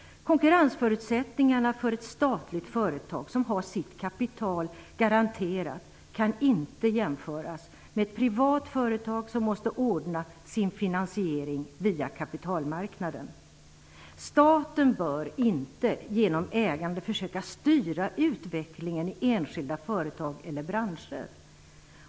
Konkurrensförutsättningarna för ett statligt företag som har sitt kapital garanterat kan inte jämföras med dem för ett privat företag som måste ordna sin finansiering via kapitalmarknaden. Staten bör inte genom ägande försöka styra utvecklingen i enskilda företag eller branscher.